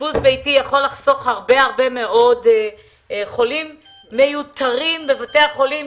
אשפוז ביתי יכול לחסוך הרבה מאוד חולים "מיותרים" בבתי החולים,